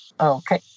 Okay